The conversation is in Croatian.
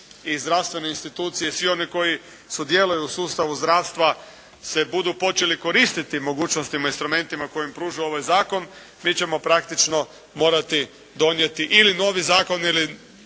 iz zdravstvene institucije svi oni koji sudjeluju u sustavu zdravstva se budu počeli koristiti mogućnostima i instrumentima koje im pruža ovaj Zakon mi ćemo praktički morati donijeti ili novi Zakon ili